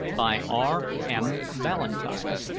by r m. ballantyne.